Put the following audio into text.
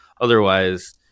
Otherwise